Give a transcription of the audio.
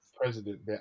president